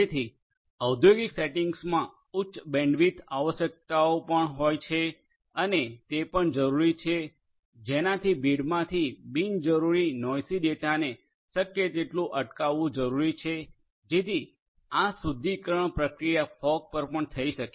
જેથી ઔદ્યોગિક સેટિંગ્સમાં ઉચ્ચ બેન્ડવિડ્થ આવશ્યકતાઓ હોય પણ છે અને તે પણ જરૂરી છે કે જેનાથી ભીડમાંથી બિનજરૂરી નોએસી ડેટાને શક્ય તેટલું અટકાવવું જરૂરી છે જેથી આ શુદ્ધિકરણ પ્રક્રિયા ફોગ પર પણ થઈ શકે